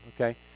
okay